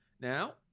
Now